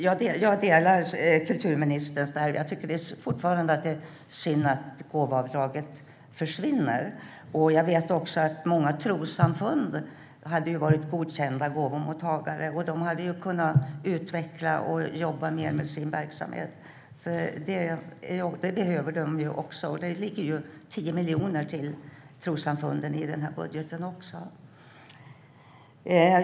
Jag delar kulturministerns uppfattning. Men jag tycker fortfarande att det är synd att gåvoavdraget försvinner. Jag vet också att många trossamfund hade varit godkända gåvomottagare, och de hade kunnat utveckla och jobba mer med sin verksamhet. Det behöver de. Det ligger 10 miljoner till trossamfunden i den här budgeten.